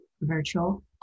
virtual